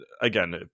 again